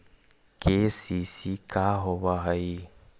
KCC का होव हइ?